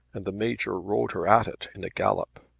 and the major rode her at it in a gallop.